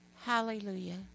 Hallelujah